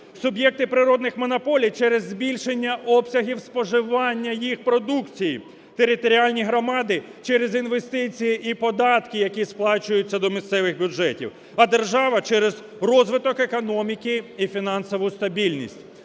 суб'єкти природніх монополій – через збільшення обсягів споживання їх продукції, територіальні громади – через інвестиції і податки, які сплачуються до місцевих бюджетів, а держава – через розвиток економіки і фінансову стабільність.